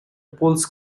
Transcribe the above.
bowls